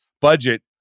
budget